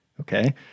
Okay